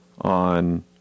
on